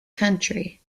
country